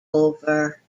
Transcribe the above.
over